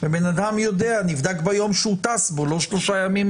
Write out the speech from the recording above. בן אדם נבדק ביום שבו הוא טס ולא שלושה ימים